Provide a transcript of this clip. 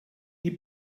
die